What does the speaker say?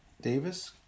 Davis